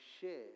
share